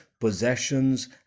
possessions